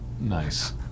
Nice